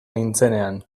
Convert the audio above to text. nintzenean